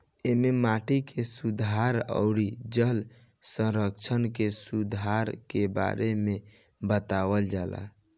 एमे माटी के सुधार अउरी जल संरक्षण के सुधार के बारे में बतावल जाला